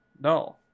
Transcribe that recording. No